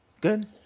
Good